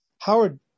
Howard